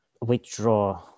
withdraw